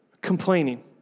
complaining